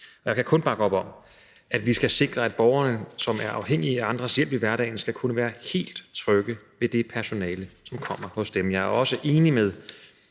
Jeg kan kun bakke op om, at vi skal sikre, at borgere, som er afhængige af andres hjælp i hverdagen, skal kunne være helt trygge ved det personale, som kommer hos dem. Jeg er også enig med